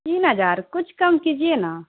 تین ہزار کچھ کم کیجیے نا